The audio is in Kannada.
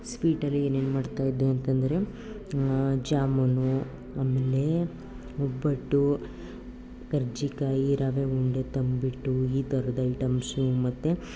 ಸ್ವೀಟಲಿ ಏನೇನು ಮಾಡ್ತಾಯಿದ್ದೆ ಅಂತ ಅಂದ್ರೆ ಜಾಮೂನು ಆಮೇಲೆ ಒಬ್ಬಟ್ಟು ಕರ್ಜಿಕಾಯಿ ರವೆ ಉಂಡೆ ತಂಬಿಟ್ಟು ಈ ಥರದ ಐಟಮ್ಸು ಮತ್ತೆ